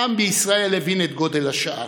העם בישראל הבין את גודל השעה,